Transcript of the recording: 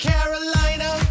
Carolina